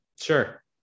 sure